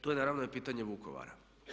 Tu je naravno i pitanje Vukovara.